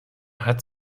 hat